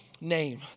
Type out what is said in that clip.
name